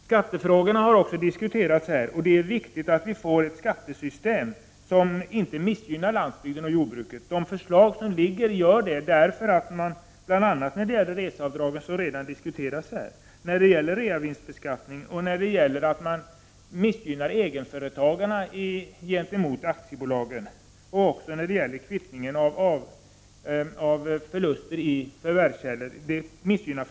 Skattefrågorna har också diskuterats här. Det är viktigt att vi får ett skattesystem som inte missgynnar landsbygden och jordbruket. De förslag som nu har lagts fram gör det, bl.a. när det gäller reseavdragen, reavinstbeskattningen, missgynnandet av egenföretagare gentemot aktiebolagen och kvittningen av förluster i förvärvskällor.